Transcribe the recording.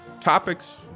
topics